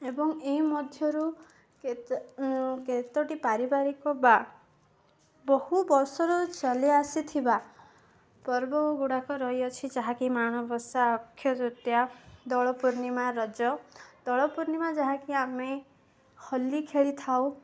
ଏବଂ ଏଇ ମଧ୍ୟରୁ କେତେ କେତୋଟି ପାରିବାରିକ ବା ବହୁ ବର୍ଷର ଚାଲି ଆସିଥିବା ପର୍ବ ଗୁଡ଼ାକ ରହିଅଛି ଯାହାକି ମାଣବସା ଅକ୍ଷୟ ତୃତୀୟ ଦୋଳ ପୂର୍ଣ୍ଣିମା ରଜ ଦୋଳ ପୂର୍ଣ୍ଣିମା ଯାହାକି ଆମେ ହୋଲି ଖେଳିଥାଉ